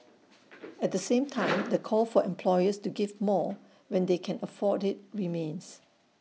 at the same time the call for employers to give more when they can afford IT remains